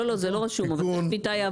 לא, לא, זה לא רשום, אבל תכף איתי יעבור.